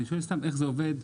אני שואל איך זה עובד,